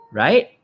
right